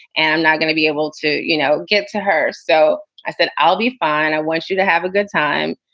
and i'm not gonna be able to, you know, get to her. so i said, i'll be fine. i want you to have a good time.